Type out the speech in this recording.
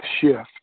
shift